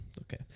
okay